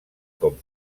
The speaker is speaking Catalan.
com